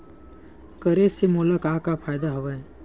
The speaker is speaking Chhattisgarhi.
करे से मोला का का फ़ायदा हवय?